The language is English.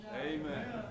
Amen